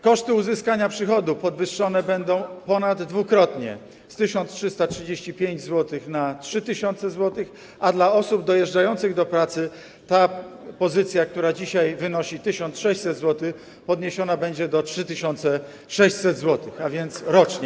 Koszty uzyskania przychodu podwyższone będą ponaddwukrotnie z 1335 zł do 3 tys. zł, a dla osób dojeżdżających do pracy ta pozycja, która dzisiaj wynosi 1600 zł, podniesiona będzie do 3600 zł rocznie.